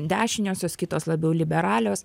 dešiniosios kitos labiau liberalios